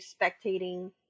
spectating